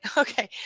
ah okay.